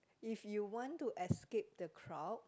if you want to escape the crowd